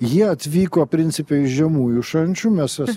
jie atvyko principe iš žemųjų šančių mes esam